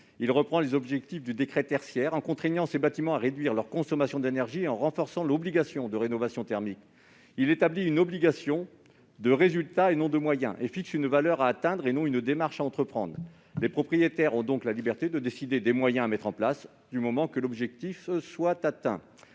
son objet les objectifs du décret tertiaire, en contraignant ces bâtiments à réduire leur consommation d'énergie et en renforçant l'obligation de rénovation thermique, il tend à établir une obligation de résultat, et non de moyens, et à fixer une valeur à atteindre et non une démarche à entreprendre. Les propriétaires ont donc la liberté de décider des moyens à mettre en place, du moment que l'objectif est atteint.